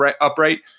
upright